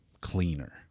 cleaner